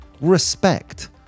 respect